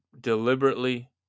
deliberately